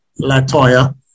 Latoya